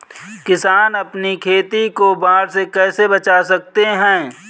किसान अपनी खेती को बाढ़ से कैसे बचा सकते हैं?